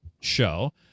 show